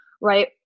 right